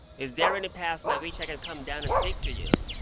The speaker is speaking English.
is there any path by which i can come down and speak to you?